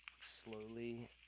slowly